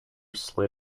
slid